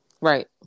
Right